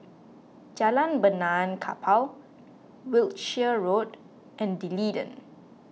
Jalan Benaan Kapal Wiltshire Road and D'Leedon